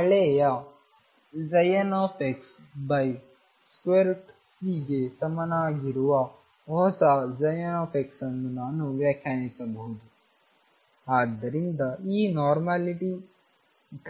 ಹಳೆಯnxCಗೆ ಸಮನಾಗಿರುವ ಹೊಸ nಅನ್ನು ನಾನು ವ್ಯಾಖ್ಯಾನಿಸಬಹುದು ಆದ್ದರಿಂದ ಈ ನೋರ್ಮಲಿಟಿ